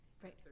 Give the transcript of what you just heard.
Great